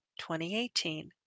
2018